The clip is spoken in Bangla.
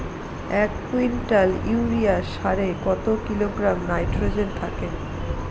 এক কুইন্টাল ইউরিয়া সারে কত কিলোগ্রাম নাইট্রোজেন থাকে?